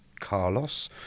Carlos